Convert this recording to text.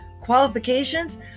qualifications